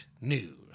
News